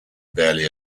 barely